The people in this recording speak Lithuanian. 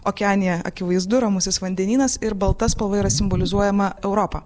okeanija akivaizdu ramusis vandenynas ir balta spalva yra simbolizuojama europa